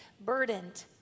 burdened